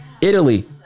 Italy